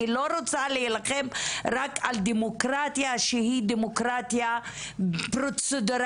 אני לא רוצה להילחם רק על דמוקרטיה שהיא דמוקרטיה פרוצדורלית,